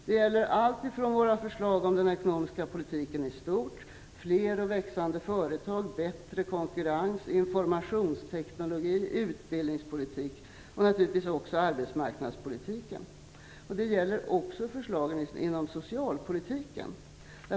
Det gäller våra förslag om den ekonomiska politiken i stort, fler och växande företag, bättre konkurrens, informationsteknologi, utbildningspolitik och naturligtvis också arbetsmarknadspolitiken. Det gäller också våra förslag inom socialpolitiken.